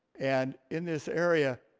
and in this area,